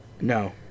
No